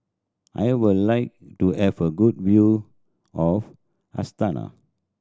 I would like to have a good view of Astana